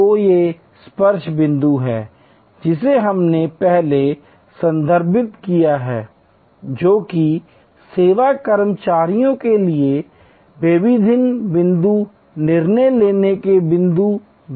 तो ये स्पर्श बिंदु हैं जिसे हमने पहले संदर्भित किया है जो कि सेवा कर्मचारियों के लिए विवेकाधीन बिंदु निर्णय लेने के बिंदु भी हैं